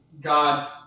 God